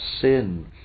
sin